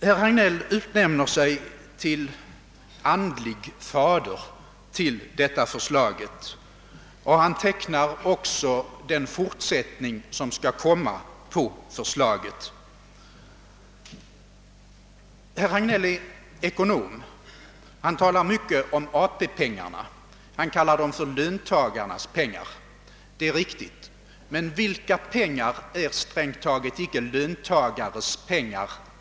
Herr Hagnell utnämner sig till andlig fader till förslaget om en investeringsbank, och han tecknar också den fortsättning som skall följa på förslaget. Herr Hagnell talar mycket om AP pengarna och han kallar dem för löntagarnas pengar. Det är riktigt. Men vilka pengar i detta land är strängt taget icke löntagares pengar?